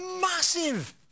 massive